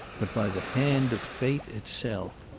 but by the hand of fate itself.